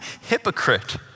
hypocrite